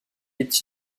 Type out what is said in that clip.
est